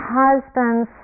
husbands